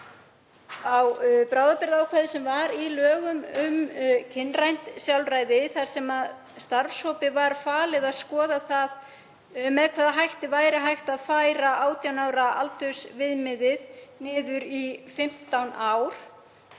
á bráðabirgðaákvæði sem var í lögum um kynrænt sjálfræði þar sem starfshópi var falið að skoða með hvaða hætti væri hægt að færa 18 ára aldursviðmiðið niður í 15 ár.